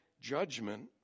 judgment